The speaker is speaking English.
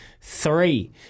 three